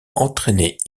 entraînait